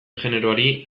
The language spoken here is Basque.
generoari